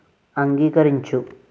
అంగీకరించు